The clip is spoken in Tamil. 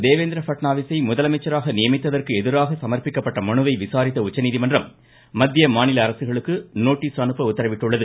தேவேந்திர பட்னாவிஸை முதலமைச்சராக நியமித்ததற்கு எதிராக சமா்ப்பிக்கப்பட்ட மனுவை விசாரித்த உச்சநீதிமன்றம் மத்திய மாநில அரசுகளுக்கு நோட்டீஸ் அனுப்ப உத்தரவிட்டுள்ளது